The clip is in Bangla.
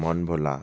মন ভোলা